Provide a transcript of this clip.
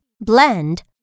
blend